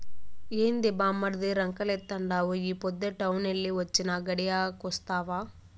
ఏంది బామ్మర్ది రంకెలేత్తండావు ఈ పొద్దే టౌనెల్లి వొచ్చినా, గడియాగొస్తావా